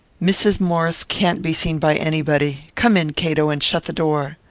mrs. maurice can't be seen by anybody. come in, cato, and shut the door.